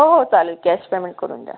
हो हो चालेल कॅश पेमेंट करून द्या